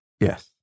yes